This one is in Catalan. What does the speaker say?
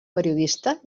periodista